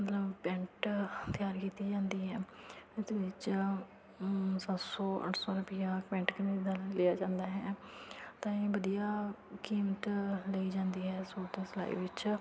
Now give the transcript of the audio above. ਮਤਲਬ ਪੈਂਟ ਤਿਆਰ ਕੀਤੀ ਜਾਂਦੀ ਹੈ ਉਹਦੇ ਵਿੱਚ ਸੱਤ ਸੌ ਅੱਠ ਸੌ ਰੁਪਈਆ ਪੈਂਟ ਕਮੀਜ਼ ਦਾ ਲਿਆ ਜਾਂਦਾ ਹੈ ਤਾਂ ਇਹ ਵਧੀਆ ਕੀਮਟ ਲਈ ਜਾਂਦੀ ਹੈ ਸੂਟ ਸਿਲਾਈ ਵਿੱਚ